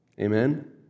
Amen